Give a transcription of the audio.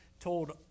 told